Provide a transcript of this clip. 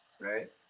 right